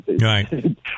Right